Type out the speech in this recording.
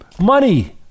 Money